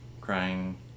crying